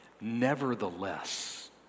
nevertheless